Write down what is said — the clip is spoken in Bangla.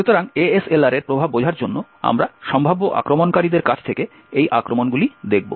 সুতরাং ASLR এর প্রভাব বোঝার জন্য আমরা সম্ভাব্য আক্রমণকারীদের কাছ থেকে এই আক্রমণগুলি দেখব